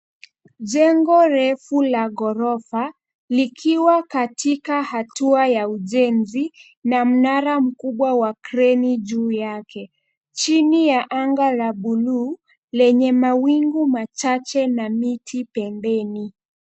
Jengo refu la ghorofa likiwa katika hatua ya ujenzi na mnara mkubwa wa kreni juu yake, chini ya anga la buluu lenye mawingu machache na miti pembeni.